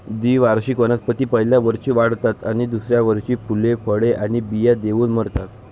द्विवार्षिक वनस्पती पहिल्या वर्षी वाढतात आणि दुसऱ्या वर्षी फुले, फळे आणि बिया देऊन मरतात